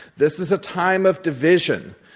this is a time of division.